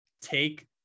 take